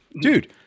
dude